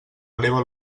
eleva